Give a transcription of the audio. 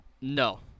No